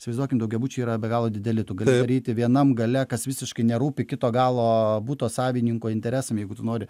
įsivaizduokim daugiabučiai yra be galo dideli tu gali daryti vienam gale kas visiškai nerūpi kito galo buto savininko interesam jeigu tu nori